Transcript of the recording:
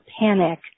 panic